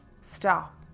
stop